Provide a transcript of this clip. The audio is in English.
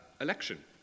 election